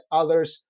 others